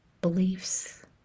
beliefs